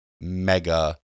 mega